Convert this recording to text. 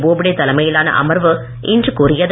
போப்டே தலைமையிலான அமர்வு இன்று கூறியது